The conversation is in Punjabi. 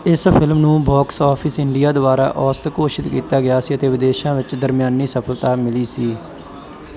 ਇਸ ਫਿਲਮ ਨੂੰ ਬਾਕਸ ਆਫਿਸ ਇੰਡੀਆ ਦੁਆਰਾ ਔਸਤ ਘੋਸ਼ਿਤ ਕੀਤਾ ਗਿਆ ਸੀ ਅਤੇ ਵਿਦੇਸ਼ਾਂ ਵਿੱਚ ਦਰਮਿਆਨੀ ਸਫਲਤਾ ਮਿਲੀ ਸੀ